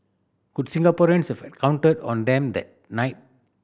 could Singaporeans have counted on them that night